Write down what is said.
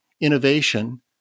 innovation